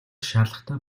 шаардлагатай